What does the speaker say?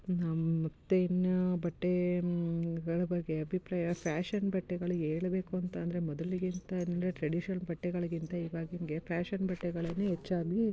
ನಮ್ಮ ಮತ್ತು ಇನ್ನು ಬಟ್ಟೆಗಳ ಬಗ್ಗೆ ಅಭಿಪ್ರಾಯ ಫ್ಯಾಶನ್ ಬಟ್ಟೆಗಳು ಹೇಳ್ಬೇಕು ಅಂತಂದರೆ ಮೊದಲಿಗಿಂತ ಅಂದರೆ ಟ್ರೆಡಿಷನಲ್ ಬಟ್ಟೆಗಳಿಗಿಂತ ಇವಾಗ ಹೀಗೆ ಫ್ಯಾಶನ್ ಬಟ್ಟೆಗಳೇ ಹೆಚ್ಚಾಗಿ